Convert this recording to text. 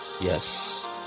yes